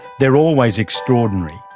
they're always extraordinary,